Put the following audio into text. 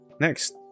Next